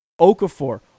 Okafor